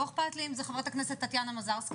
לא אכפת לי אם זו חברת הכנסת טטיאנה מזרסקי